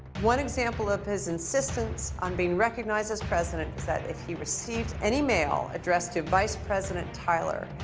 one example of his insistence on being recognized as president is that if he received any mail addressed to vice president tyler,